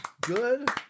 Good